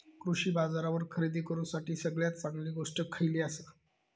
कृषी बाजारावर खरेदी करूसाठी सगळ्यात चांगली गोष्ट खैयली आसा?